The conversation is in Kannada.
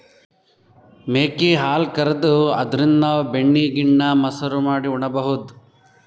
ಮೇಕೆ ಹಾಲ್ ಕರ್ದು ಅದ್ರಿನ್ದ್ ನಾವ್ ಬೆಣ್ಣಿ ಗಿಣ್ಣಾ, ಮಸರು ಮಾಡಿ ಉಣಬಹುದ್